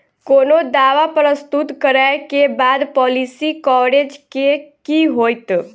कोनो दावा प्रस्तुत करै केँ बाद पॉलिसी कवरेज केँ की होइत?